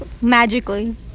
magically